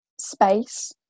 space